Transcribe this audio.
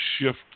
shift